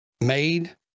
made